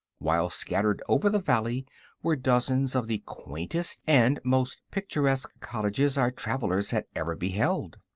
while scattered over the valley were dozens of the quaintest and most picturesque cottages our travelers had ever beheld.